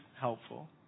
helpful